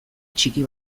txiki